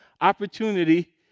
opportunity